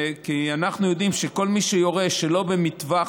כי אנחנו יודעים שכל מי שיורה שלא במטווח